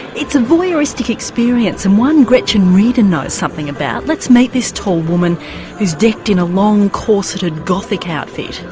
it's a voyeuristic experience and one gretchen riordan knows something about. let's meet this tall woman who's decked in a long, corseted, gothic outfit.